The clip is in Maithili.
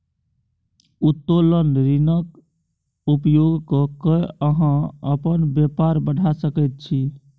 उत्तोलन ऋणक उपयोग क कए अहाँ अपन बेपार बढ़ा सकैत छी